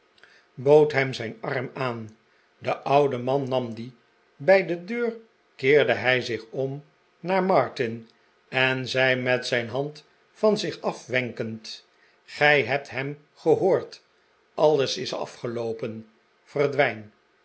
bood hem zijn arm aan de oude man nam die bij de deur keerde hij zich om naar martin en zei met zijn hand van zich af wenkend gij hebt hem gehoord alles is afgeloopen verdwijn